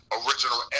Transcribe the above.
original